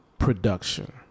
Production